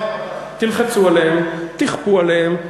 תכפו עליהם,